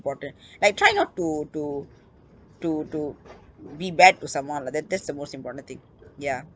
important like try not to to to to be bad to someone lah that that's the most important thing ya